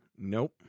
Nope